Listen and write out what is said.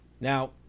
Now